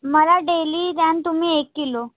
मला डेली द्याल तुम्ही एक किलो